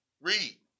Read